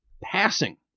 passing